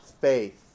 faith